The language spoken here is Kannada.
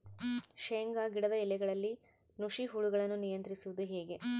ಶೇಂಗಾ ಗಿಡದ ಎಲೆಗಳಲ್ಲಿ ನುಷಿ ಹುಳುಗಳನ್ನು ನಿಯಂತ್ರಿಸುವುದು ಹೇಗೆ?